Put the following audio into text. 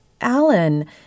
Alan